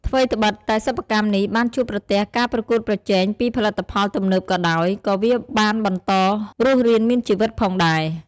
ថ្វីត្បិតតែសិប្បកម្មនេះបានជួបប្រទះការប្រកួតប្រជែងពីផលិតផលទំនើបក៏ដោយ ក៏វាបានបន្តរស់រានមានជីវិតផងដេរ។